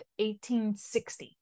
1860